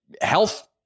health